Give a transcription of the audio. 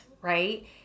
right